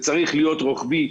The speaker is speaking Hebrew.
זה צריך להיות רוחבי,